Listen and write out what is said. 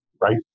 right